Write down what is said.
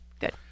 good